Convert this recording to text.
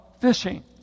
fishing